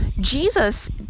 Jesus